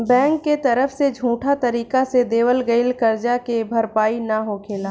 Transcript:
bank के तरफ से झूठा तरीका से देवल गईल करजा के भरपाई ना होखेला